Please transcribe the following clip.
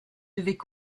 devaient